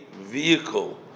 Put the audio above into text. vehicle